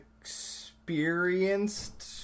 experienced